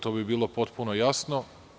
To bi bilo potpuno jasno.